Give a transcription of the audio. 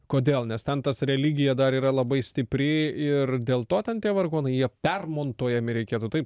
kodėl nes ten tas religija dar yra labai stipri ir dėl to ten tie vargonai jie permontuojami reikėtų taip